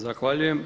Zahvaljujem.